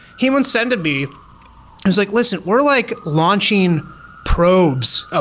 he even said to me, he was like, listen. we're like launching probes, ah